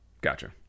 Gotcha